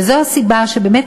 וזו הסיבה שבאמת,